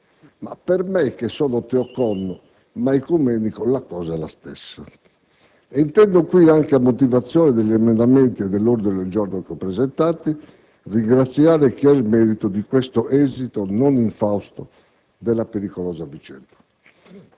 ma per me, che sono *teocon* ma ecumenico, il principio è lo stesso. E intendo qui, anche a motivazione degli emendamenti e dell'ordine del giorno che ho presentati, ringraziare chi ha il merito di questo esito non infausto della pericolosa vicenda.